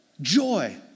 joy